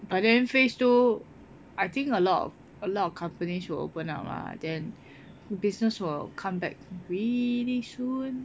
but then phase two I think a lot of a lot of companies will open up lah then business will come back really soon